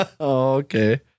okay